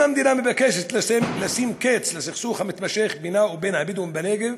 אם המדינה מבקשת לשים קץ לסכסוך המתמשך בינה ובין הבדואים בנגב